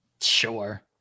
Sure